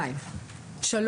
דרך